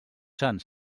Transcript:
sants